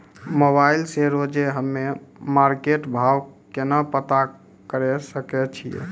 Mobile से रोजे हम्मे मार्केट भाव केना पता करे सकय छियै?